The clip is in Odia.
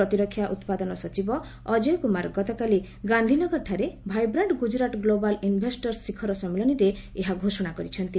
ପ୍ରତିରକ୍ଷା ଉତ୍ପାଦନ ସଚିବ ଅଜୟ କୁମାର ଗତକାଲି ଗାନ୍ଧୀନଗରଠାରେ ଭାଇବ୍ରାଣ୍ଟ ଗୁଜରାଟ ଗ୍ଲୋବାଲ ଇନ୍ଭେଷ୍ଟର୍ସ ଶିଖର ସମ୍ମିଳନୀରେ ଏହା ଘୋଷଣା କରିଛନ୍ତି